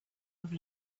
have